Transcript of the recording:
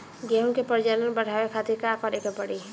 गेहूं के प्रजनन बढ़ावे खातिर का करे के पड़ी?